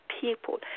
people